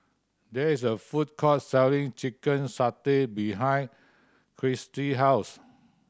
there is a food court selling chicken satay behind house